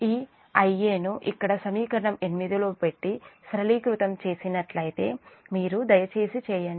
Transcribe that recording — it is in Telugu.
ఈ Ia ను ఇక్కడ సమీకరణం 8 లో పెట్టి సరళీకృతం చేసినట్లయితే మీరు దయచేసి చేయండి